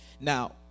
Now